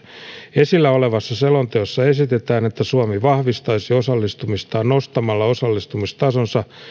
esillä olevassa selonteossa esitetään että suomi vahvistaisi osallistumistaan nostamalla osallistumistasonsa